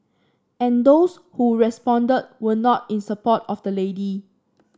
and those who responded were not in support of the lady